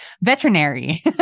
Veterinary